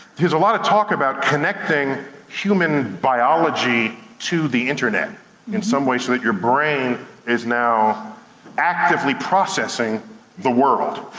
there's a lot of talk about connecting human biology to the internet in some way, so that your brain is now actively processing the world.